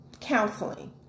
counseling